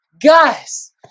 Guys